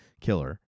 killer